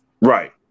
right